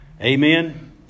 Amen